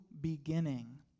beginning